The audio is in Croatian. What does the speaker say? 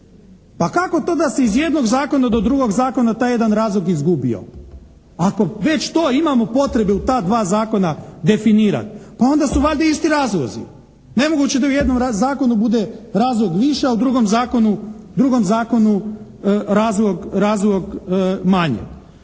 Pa kako to da se iz jednog zakona do drugog zakona taj jedan razlog izgubio. Ako već to imamo potrebe u ta dva zakona definirat, pa onda su valjda isti razlozi. Nemoguće da u jednom zakonu bude razlog više a u drugom zakonu razlog manje.